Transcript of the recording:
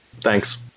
Thanks